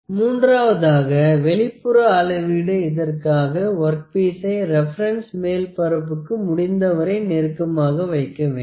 மூன்றாவதாக வெளிப்புற அளவீட்டு இதற்காக ஒர்க் பீசை ரெபெரன்ஸ் மேற்பரப்புக்கு முடிந்தவரை நெருக்கமாக வைக்க வேண்டும்